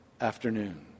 afternoon